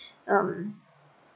um